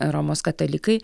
romos katalikai